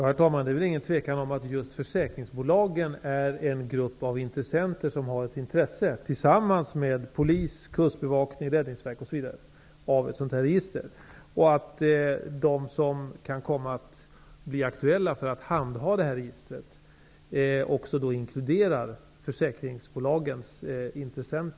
Herr talman! Det är inget tvivel om att försäkringsbolagen är en grupp som tillsammans med polisen, Kustbevakningen, Räddningsverket osv., har ett intresse av ett sådant register. De intressenter som kan komma att bli aktuella för att handha registret inkluderar också försäkringsbolagen.